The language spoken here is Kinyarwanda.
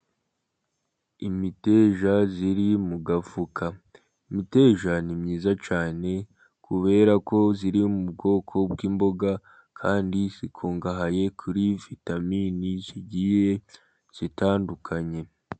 Imiteja ziri mu gafuka ,imiteja ni myiza cyane ,kubera ko iri mu bwoko bw'imboga ,kandi ikungahaye kuri vitamini zigiye zitandukanye.